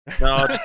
No